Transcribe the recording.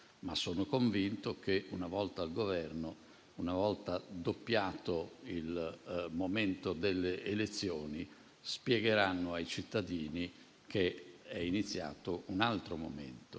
ma ero convinto che, una volta al Governo, una volta doppiato il momento delle elezioni, avrebbero spiegato ai cittadini che era iniziato un altro momento